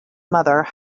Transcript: mother